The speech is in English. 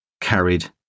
carried